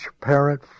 parent